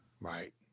Right